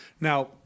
Now